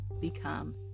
become